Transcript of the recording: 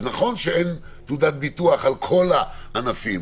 אז נכון שאין תעודת ביטוח על כל הענפים.